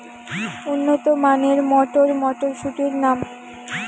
উন্নত মানের মটর মটরশুটির নাম?